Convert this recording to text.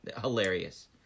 Hilarious